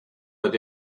that